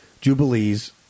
Jubilees